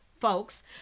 folks